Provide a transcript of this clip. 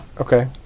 Okay